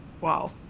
wow